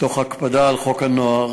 תוך הקפדה על חוק הנוער,